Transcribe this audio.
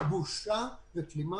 בושה וכלימה.